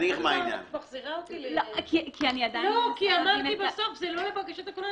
זה לא לבקשת הקונה,